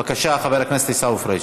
בבקשה, חבר הכנסת עיסאווי פריג',